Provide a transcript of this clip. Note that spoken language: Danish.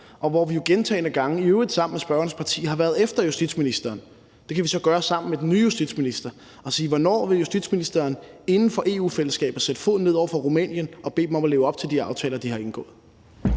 og hvor vi jo gentagne gange, i øvrigt sammen med spørgerens parti, har været efter justitsministeren. Det kan vi så gøre sammen med den nye justitsminister, og vi kan spørge justitsministeren, hvornår han inden for EU-fællesskabet vil sætte foden ned over for Rumænien og bede dem om at leve op til de aftaler, de har indgået.